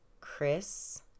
Chris